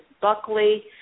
Buckley